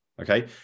Okay